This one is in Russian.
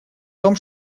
том